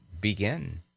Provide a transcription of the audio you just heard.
begin